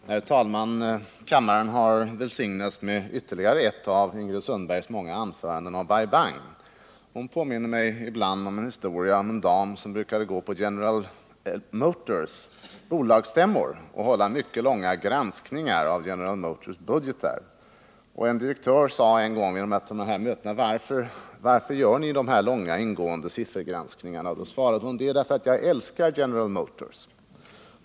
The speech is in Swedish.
Herr talman! Kammaren har välsignats med ytterligare ett av Ingrid Sundbergs många anföranden om Bai Bang. Det påminner mig om en historia om en dam som brukade gå på General Motors bolagsstämmor och där hålla mycket långa granskningsanföranden om företagets budgeter. En direktör frågade henne en gång varför hon gjorde dessa långa siffergranskningar. Jo, svarade hon, det är därför att jag älskar General Motors.